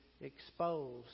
exposed